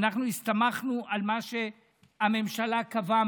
ואנחנו הסתמכנו על מה שהממשלה קבעה